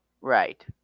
Right